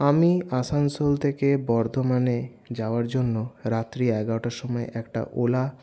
আমি আসানসোল থেকে বর্ধমানে যাওয়ার জন্য রাত্রি এগারোটার সময় একটা ওলা